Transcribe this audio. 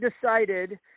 decided